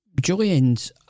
Julian's